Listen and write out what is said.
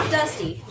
dusty